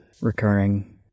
recurring